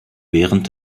während